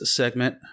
segment